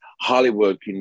Hollywood